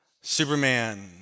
Superman